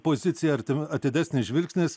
pozicija artima atidesnis žvilgsnis